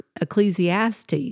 Ecclesiastes